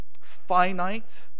finite